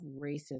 racism